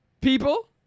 People